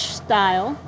style